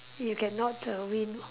you cannot err win